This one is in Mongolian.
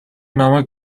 намайг